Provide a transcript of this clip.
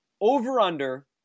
over-under